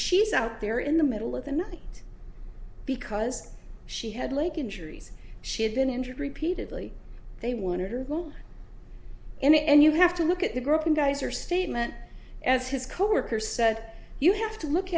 she's out there in the middle of the night because she had like injuries she had been injured repeatedly they wanted her go and you have to look at the group you guys are statement as his coworker said you have to look